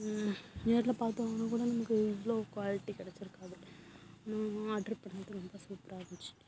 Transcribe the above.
நேரில் பார்த்து வாங்குனால் கூட நமக்கு இவ்வளோ குவாலிட்டி கிடச்சிருக்காது நான் ஆர்ட்ரு பண்ணிணது ரொம்ப சூப்பராக இருந்துச்சு